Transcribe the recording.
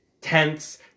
tense